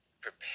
prepare